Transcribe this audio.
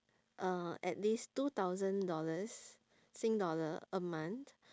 uh at least two thousand dollars sing dollar a month